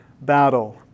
battle